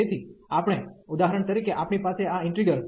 તેથી આપણે ઉદાહરણ તરીકે આપણી પાસે આ ઈન્ટિગ્રલ